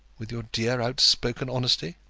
with your dear outspoken honesty.